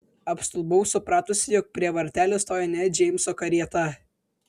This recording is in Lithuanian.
apstulbau supratusi jog prie vartelių stoja ne džeimso karieta